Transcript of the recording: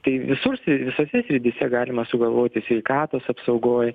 tai visur visose srityse galima sugalvoti sveikatos apsaugoj